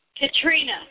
Katrina